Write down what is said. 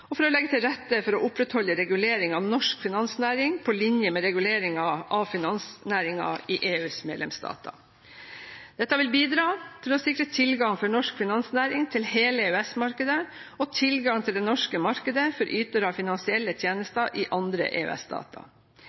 og for å legge til rette for å opprettholde regulering av norsk finansnæring på linje med reguleringen av finansnæringen i EUs medlemsstater. Dette vil bidra til å sikre tilgang for norsk finansnæring til hele EØS-markedet og tilgang til det norske markedet for ytere av finansielle tjenester i andre